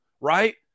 right